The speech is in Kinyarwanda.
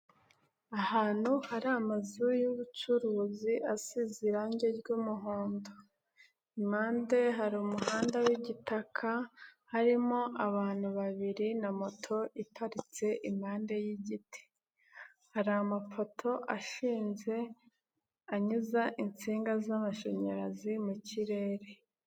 Ahantu hari amazu y'ubucuruzi asize irangi ry'umuhondo, impande hari umuhanda w'igitaka, harimo abantu babiri na moto iparitse impande y'igiti. Hari amapoto ashinze, anyuza insinga z'amashanyarazi mu kirere.